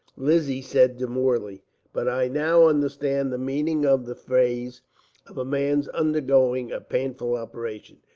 lizzie said demurely but i now understand the meaning of the phrase of a man's undergoing a painful operation.